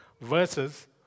versus